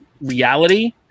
reality